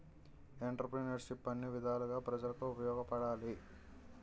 ఎంటర్ప్రిన్యూర్షిప్ను అన్ని విధాలుగా ప్రజలకు ఉపయోగపడాలి